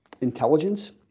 intelligence